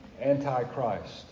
anti-Christ